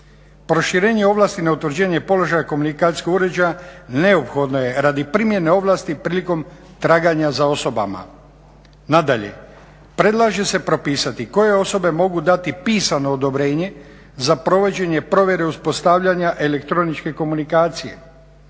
Proširenje ovlasti na utvrđenje položaja komunikacijskog uređaja neophodno je radi primjene ovlasti prilikom traganja za osobama. Nadalje, predlaže se propisati koje osobe mogu dati pisano odobrenje za provođenje provjere uspostavljanja elektroničke komunikacije.